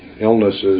illnesses